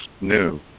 new